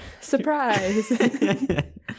Surprise